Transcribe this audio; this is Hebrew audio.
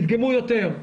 'תדגמו יותר'.